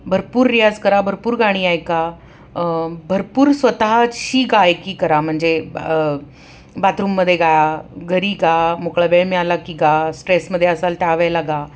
भरपूर रियाज करा भरपूर गाणी ऐका भरपूर स्वतःची गायकी करा म्हणजे ब बाथरूममध्ये गा घरी गा मोकळा वेळ मिळाला की गा स्ट्रेसमध्ये असाल त्या वेळेला गा